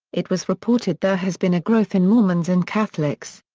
it was reported there has been a growth in mormons and catholics.